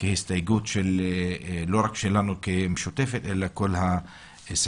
כהסתייגות לא רק שלנו כמשותפת, אלא של כל הסיעות.